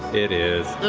it is.